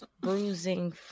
bruising